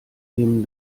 nehmen